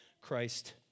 Christ